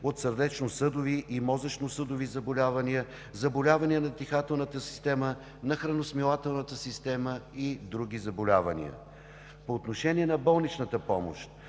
от сърдечно-съдови и мозъчно-съдови заболявания; заболявания на дихателната система, на храносмилателната система и други заболявания. По отношение на болничната помощ.